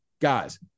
Guys